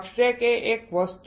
substrate તે એક વસ્તુ છે